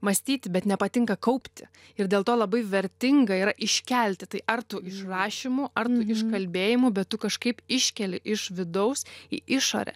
mąstyti bet nepatinka kaupti ir dėl to labai vertinga yra iškelti tai ar tu išrašymu ar tu užkalbėjimu bet tu kažkaip iškeli iš vidaus į išorę